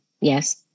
Yes